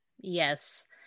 yes